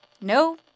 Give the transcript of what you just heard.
No